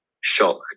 shock